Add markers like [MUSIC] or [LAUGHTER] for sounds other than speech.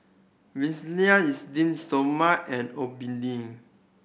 [UNINTELLIGIBLE] Esteem Stoma and Obimin